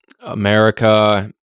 America